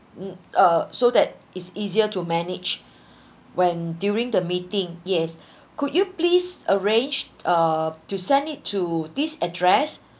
mm uh so that it's easier to manage when during the meeting yes could you please arranged uh to send it to this address